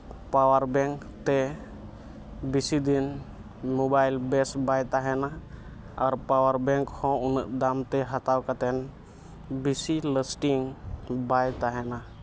power bank ᱛᱮ ᱵᱮᱥᱤ ᱫᱤᱱ ᱢᱳᱵᱟᱭᱤᱞ ᱵᱮᱥ ᱵᱟᱭ ᱛᱟᱦᱮᱱᱟ ᱟᱨ ᱯᱟᱣᱟᱨ ᱵᱮᱝᱠ ᱦᱚᱸ ᱩᱱᱟᱹᱜ ᱫᱟᱢᱛᱮ ᱦᱟᱛᱟᱣ ᱠᱟᱛᱮ ᱵᱮᱥᱤ ᱞᱟᱥᱴᱤᱝ ᱵᱟᱭ ᱛᱟᱦᱮᱱᱟ